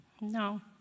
No